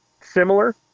similar